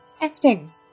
acting